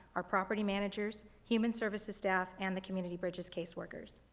our property managers, human services staff, and the community bridges caseworkers.